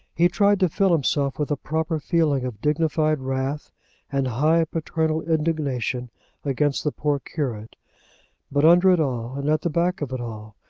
he tried to fill himself with a proper feeling of dignified wrath and high paternal indignation against the poor curate but under it all, and at the back of it all,